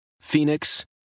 Phoenix